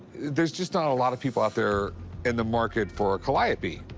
there's just not a lot of people out there in the market for a calliope.